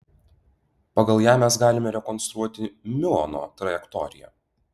pagal ją mes galime rekonstruoti miuono trajektoriją